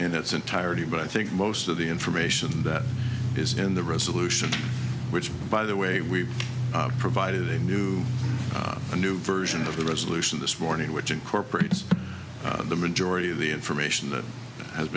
in its entirety but i think most of the information that is in the resolution which by the way we've provided a new a new version of the resolution this morning which incorporates the majority of the information that has